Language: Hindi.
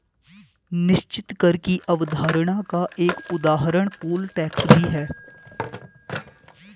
निश्चित कर की अवधारणा का एक उदाहरण पोल टैक्स भी है